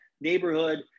neighborhood